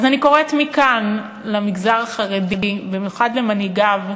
אז אני קוראת מכאן למגזר החרדי, ובמיוחד למנהיגיו,